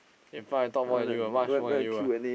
in front I talk more than you much more than you ah